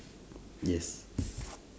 yes